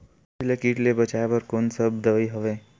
गोभी ल कीट ले बचाय बर कोन सा दवाई हवे?